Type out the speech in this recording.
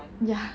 ya